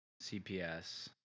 CPS